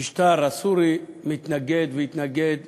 המשטר הסורי מתנגד והתנגד